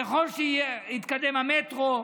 ככל שיתקדם המטרו,